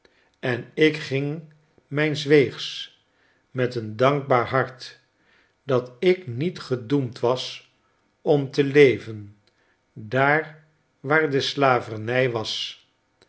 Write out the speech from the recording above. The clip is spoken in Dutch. en ik ging mijns weegs met een dankbaar hart dat ik niet gedoemd was om te leven daar waar de slavernij was